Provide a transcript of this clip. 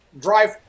drive